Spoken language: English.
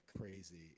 crazy